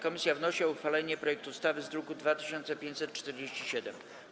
Komisja wnosi o uchwalenie projektu ustawy z druku nr 2547.